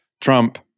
Trump